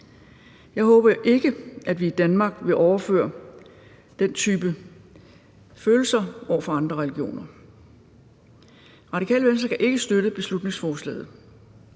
Jeg håber jo ikke, at vi i Danmark vil overføre den type følelser over for andre religioner. Radikale Venstre kan ikke støtte beslutningsforslaget.